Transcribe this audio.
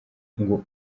ngo